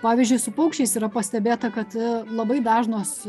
pavyzdžiui su paukščiais yra pastebėta kad labai dažnos